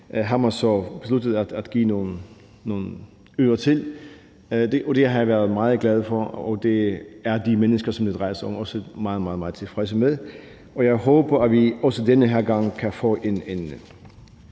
man så besluttet at give nogle øre til, og det har jeg været meget glad for, og det er de mennesker, som det drejer sig om, også meget, meget tilfredse med. Kl. 15:54 Jeg håber, at vi også den her gang kan få en